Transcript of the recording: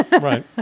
Right